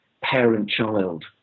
parent-child